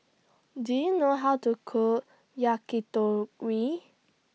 Do YOU know How to Cook Yakitori